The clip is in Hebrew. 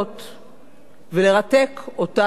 ולרתק אותנו, הקוראים.